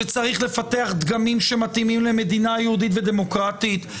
שצריך לפתח דגמים של מדינה יהודית ודמוקרטית,